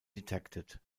detected